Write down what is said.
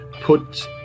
put